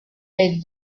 est